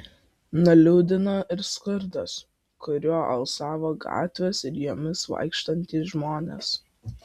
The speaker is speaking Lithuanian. nuliūdino ir skurdas kuriuo alsavo gatvės ir jomis vaikštantys žmonės